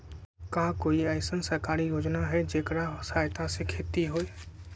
का कोई अईसन सरकारी योजना है जेकरा सहायता से खेती होय?